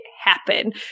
happen